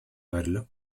verlo